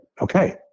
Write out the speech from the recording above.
okay